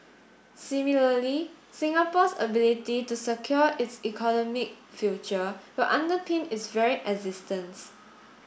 similarly Singapore's ability to secure its economic future will underpin its very existence